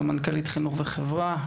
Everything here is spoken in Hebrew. סמנכ״לית חינוך וחברה,